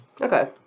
Okay